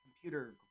computer